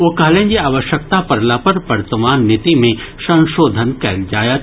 ओ कहलनि जे आवश्यकता पड़ला पर वर्तमान नीति मे संशोधन कयल जायत